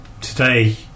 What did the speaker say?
Today